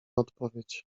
odpowiedź